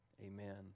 amen